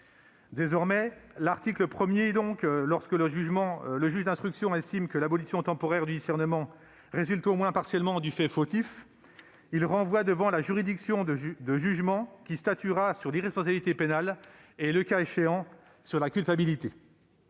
Désormais, l'article 1 prévoit donc que, lorsque le juge d'instruction estime que l'abolition temporaire du discernement résulte au moins partiellement du fait fautif, il renvoie devant la juridiction de jugement, qui statuera sur l'irresponsabilité pénale et, le cas échéant, sur la culpabilité.